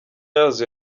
yazo